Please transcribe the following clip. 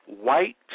white